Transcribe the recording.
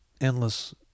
endless